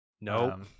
no